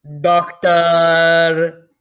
Doctor